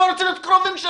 לא רוצה להיות קרוב שלכם.